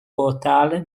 portale